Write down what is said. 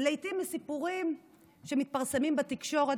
ולעיתים מסיפורים שמתפרסמים בתקשורת,